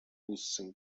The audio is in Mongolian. үүссэн